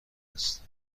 است